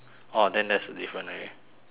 orh then that's the different already